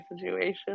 situation